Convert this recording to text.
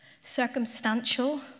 circumstantial